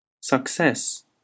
Success